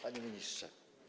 Panie Ministrze!